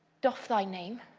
doff thy name,